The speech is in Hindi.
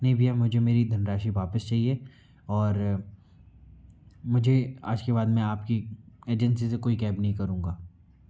नहीं भैया मुझे मेरी धन राशि वापस चाहिए और मुजे आज के बाद में आपकी एजेंसी से कोई कैब नहीं करूँगा